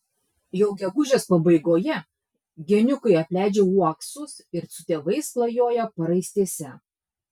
jau gegužės pabaigoje geniukai apleidžia uoksus ir su tėvais klajoja paraistėse